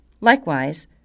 Likewise